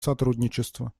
сотрудничества